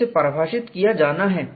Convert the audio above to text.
जिसे परिभाषित किया जाना है